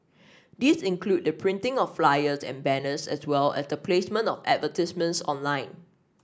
these include the printing of flyers and banners as well as the placement of advertisements online